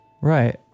Right